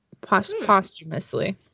posthumously